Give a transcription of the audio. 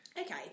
Okay